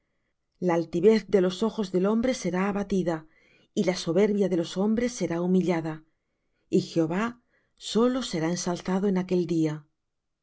la altivez de los ojos del hombre será abatida y la soberbia de los hombres será humillada y jehová solo será ensalzado en aquel día